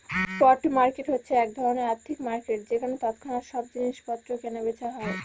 spot market হচ্ছে এক ধরনের আর্থিক মার্কেট যেখানে তৎক্ষণাৎ সব জিনিস পত্র কেনা বেচা হয়